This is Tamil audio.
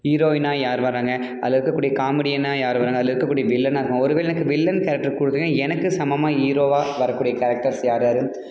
ஹீரோயினா யார் வராங்கள் அதில் இருக்கக்கூடிய காமெடியனா யார் வராங்க அதில் இருக்கக்கூடிய வில்லனா இருக்குமோ ஒரு வேளை எனக்கு வில்லன் கேரக்டர் கொடுத்தீங்கன்னா எனக்கு சமமாக ஹீரோவா வரக் கூடிய கேரக்டர்ஸ் யார் யாரு